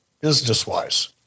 business-wise